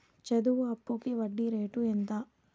చదువు అప్పుకి వడ్డీ రేటు ఎంత?